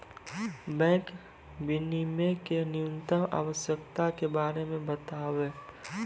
bank विनियमो के न्यूनतम आवश्यकता के बारे मे बताबो